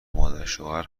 مادرشوهر